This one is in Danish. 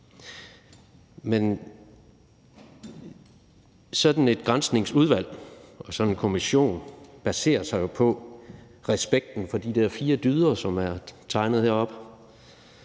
Men sådan et Granskningsudvalg og sådan en kommission baserer sig jo på respekten for de der fire dyder, som er tegnet heroppe,